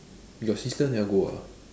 your sister never go ah